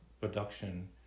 production